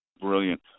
brilliant